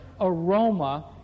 aroma